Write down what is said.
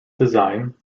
design